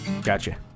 Gotcha